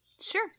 sure